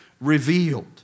revealed